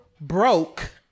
broke